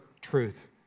truth